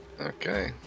Okay